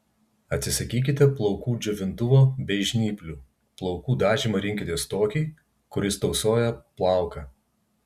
atsisakykite plaukų džiovintuvo bei žnyplių plaukų dažymą rinkitės tokį kuris tausoja plauką